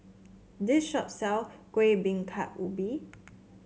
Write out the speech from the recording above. this shop sells Kueh Bingka Ubi